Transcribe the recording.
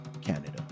canada